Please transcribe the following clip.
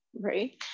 right